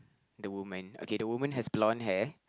the woman okay the woman has blonde hair